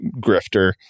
grifter